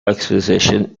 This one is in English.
exposition